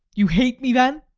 you hate me then?